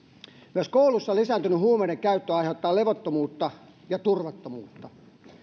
myös kouluissa lisääntynyt huumeiden käyttö aiheuttaa levottomuutta ja turvattomuutta